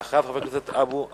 ואחריו, חבר הכנסת עפו אגבאריה.